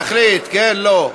להחליט, כן, לא.